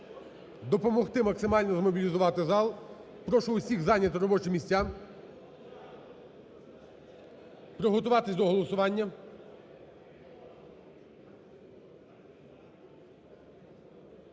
допомогти максимально змобілізувати зал. Прошу усіх зайняти робочі місця, приготуватись до голосування.